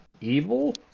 Evil